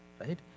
right